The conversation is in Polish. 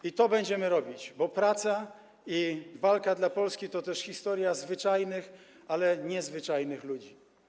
I to będziemy robić, bo praca i walka dla Polski to też historia zwyczajnych, ale niezwyczajnych ludzi.